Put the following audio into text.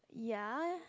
ya